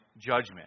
judgment